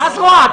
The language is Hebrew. מה זרוע?